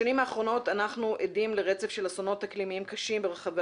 בשנים האחרונות אנחנו עדים לרצף של אסונות אקלימיים קשים ברחבי